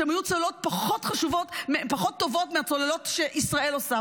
שהן היו צוללות פחות טובות מהצוללות שישראל עושה.